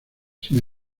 sin